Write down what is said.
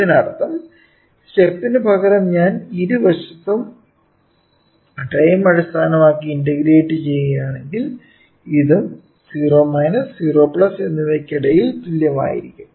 ഇതിനർത്ഥം സ്റ്റെപ്പിന് പകരം ഞാൻ ഇരുവശവും ടൈം അടിസ്ഥാനമാക്കി ഇന്റഗ്രേറ്റ് ചെയ്യുകയാണെങ്കിൽ ഇതും 0 0 എന്നിവയ്ക്കിടയിൽ തുല്യമായിരിക്കും